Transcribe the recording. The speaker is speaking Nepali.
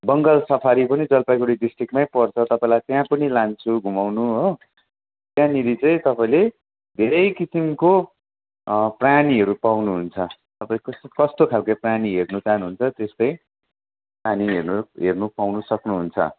बङ्गाल सफारी पनि जलपाइगुडी डिस्ट्रिक्टमै पर्छ तपाईँलाई त्यहाँ पनि लान्छु घुमाउनु हो त्यहाँनेरि चाहिँ तपाईँले धेरै किसिमको प्राणीहरू पाउनुहुन्छ तपाईँ कस् कस्तो खालको प्राणी हेर्न चाहनुहुन्छ त्यस्तै प्राणी हेर्न हेर्नु पाउनु सक्नुहुन्छ